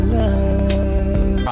love